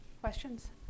questions